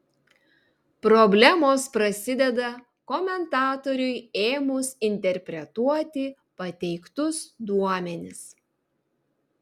problemos prasideda komentatoriui ėmus interpretuoti pateiktus duomenis